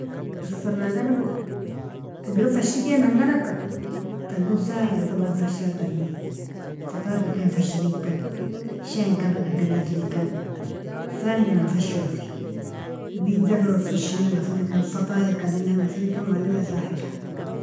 Tar fardalogo, idalog fishikingalka talog sahila taban fashadtani, fatierka ken fashikekan shainkaba, ken adlikan shalinga fashosi bitazaga eron farshinga firgekan, fatierka adlinga firgikan malila sahila.